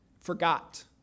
forgot